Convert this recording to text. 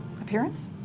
Appearance